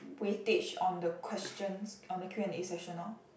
weightage on the questions on the Q and A session lor